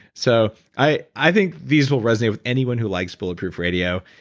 so i i think these will resonate with anyone who likes bulletproof radio.